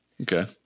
Okay